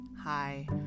Hi